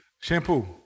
Shampoo